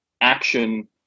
action